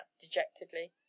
dejectedly